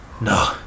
No